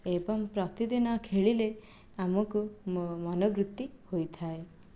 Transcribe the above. ଏବଂ ପ୍ରତିଦିନ ଖେଳିଲେ ଆମକୁ ମନୋବୃତ୍ତି ହୋଇଥାଏ